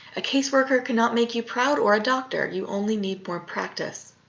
a caseworker cannot make you proud, or a doctor. you only need more practice.